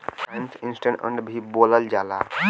times interest earned भी बोलल जाला